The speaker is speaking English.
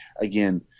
again